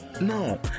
No